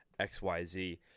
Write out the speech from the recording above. xyz